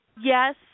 yes